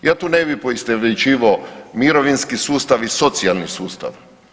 Ja tu ne bih poistovjećivao mirovinski sustav i socijalni sustav.